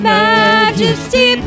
majesty